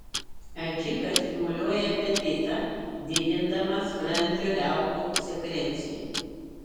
adžika stimuliuoja apetitą didindama skrandžio liaukų sekreciją